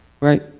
Right